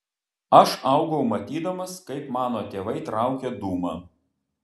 aš augau matydamas kaip mano tėvai traukia dūmą